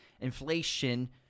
inflation